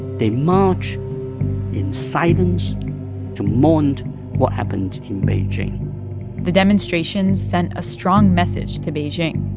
they march in silence to mourn what happened in beijing the demonstrations sent a strong message to beijing.